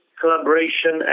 collaboration